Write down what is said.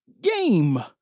Game